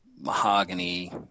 mahogany